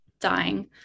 dying